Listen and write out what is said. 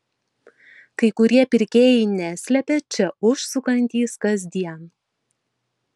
kai kurie pirkėjai neslepia čia užsukantys kasdien